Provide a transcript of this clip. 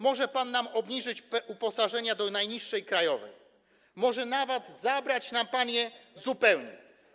Może pan nam obniżyć uposażenie do najniższej krajowej, może nawet zabrać nam pan je zupełnie.